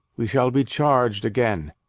we shall be charg'd again.